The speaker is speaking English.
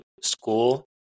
school